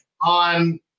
on